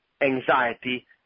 anxiety